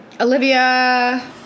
Olivia